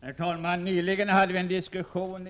Herr talman! Nyligen hade vi i kammaren